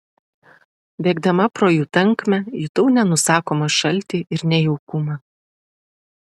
bėgdama pro jų tankmę jutau nenusakomą šaltį ir nejaukumą